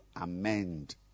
amend